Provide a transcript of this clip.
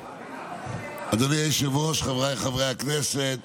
אדוני היושב-ראש, חבריי חברי הכנסת,